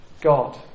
God